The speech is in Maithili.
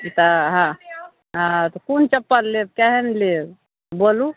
ई तऽ हँ तऽ कोन चप्पल लेब केहन लेब बोलू